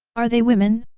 are they women?